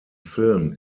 film